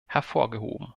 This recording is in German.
hervorgehoben